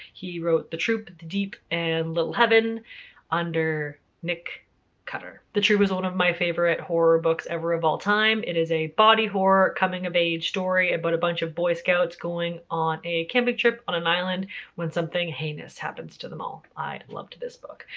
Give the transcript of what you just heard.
he wrote the troop, the deep and little heaven under nick cutter. the troop was one of my favorite horror books ever of all time. it is a body horror, coming of age story about but a bunch of boy scouts going on a camping trip on an island when something heinous happens to them all. i loved this book.